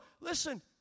listen